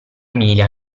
emilia